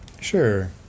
Sure